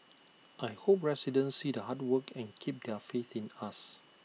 I hope residents see the hard work and keep their faith in us